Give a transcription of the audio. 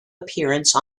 appearance